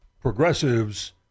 progressives